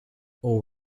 all